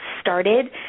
started